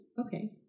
Okay